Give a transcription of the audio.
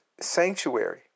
sanctuary